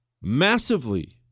massively